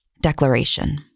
Declaration